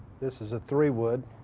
this is a three-wood